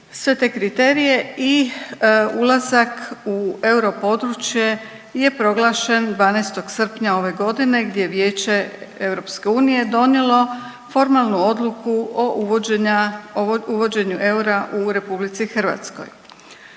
sve te kriterije i ulazak u euro područje je proglašen 12. srpnja ove godine gdje je Vijeće EU donijelo formalnu odluku o uvođenju eura u RH. Time se